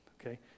okay